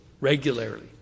regularly